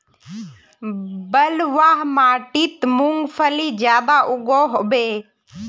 बलवाह माटित मूंगफली ज्यादा उगो होबे?